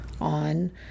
on